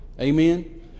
Amen